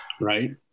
Right